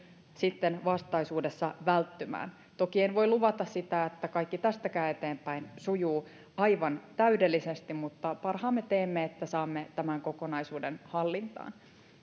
sitten vastaisuudessa välttymään toki en voi luvata sitä että kaikki tästäkään eteenpäin sujuu aivan täydellisesti mutta parhaamme teemme että saamme tämän kokonaisuuden hallintaan